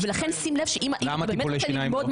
אלו שני המסלולים הקיימים היום במשטרה,